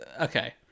Okay